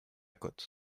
côte